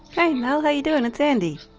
hey mel, how you doing? it's andy.